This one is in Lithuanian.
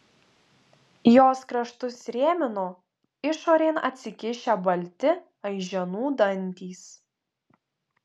jos kraštus rėmino išorėn atsikišę balti aiženų dantys